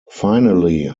finally